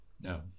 No